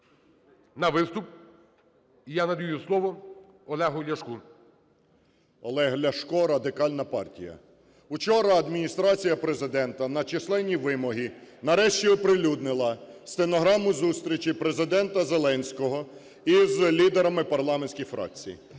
на виступ. І я надаю слово Олегу Ляшку. 11:03:07 ЛЯШКО О.В. Олег Ляшко, Радикальна партія. Учора Адміністрація Президента на численні вимоги, нарешті, оприлюднила стенограму зустрічі Президента Зеленського із лідерами парламентських фракцій.